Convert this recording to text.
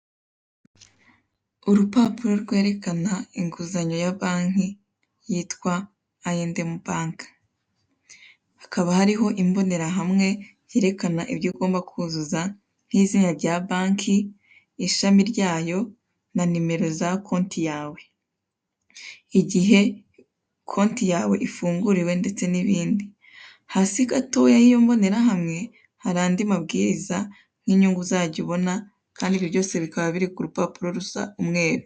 Urupapuro rwerekana inguzanyo ya banki, yitwa Ayi endemu banki. Hakaba hariho imbonerahamwe yerekana ibyo ugomba kuzuza nk'izina rya banki, ishami ryayo na nimero za konti yawe. Igihe konti yawe ifunguriwe ndetse n'ibindi. Hasi gatoya y'iyo mbonerahamwe hari andi mabwiriza n'inyungu uzajya ubona kandi ibyo byose bikaba biri ku rupapuro rusa umweru.